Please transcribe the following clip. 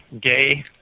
gay